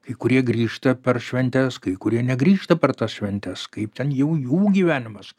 kai kurie grįžta per šventes kai kurie negrįžta per tas šventes kaip ten jau jų gyvenimas